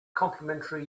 complementary